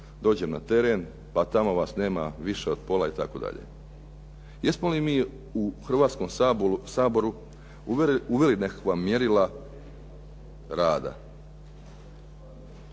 dođem na teren pa tamo vas nema više od pola itd. Jesmo li mi u Hrvatskom saboru uveli nekakva mjerila rada?